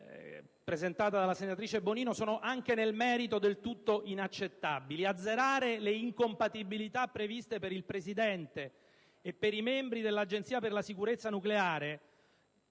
presentata dalla senatrice Bonino, sono anche inaccettabili nel merito. Azzerare le incompatibilità previste per il presidente ed i membri dell'Agenzia per la sicurezza nucleare,